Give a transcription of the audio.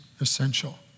essential